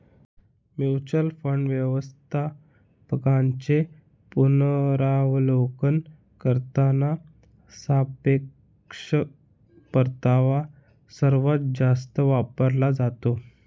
mutual fund व्यवस्थापकांचे पुनरावलोकन करताना सापेक्ष परतावा सर्वात जास्त वापरला जातो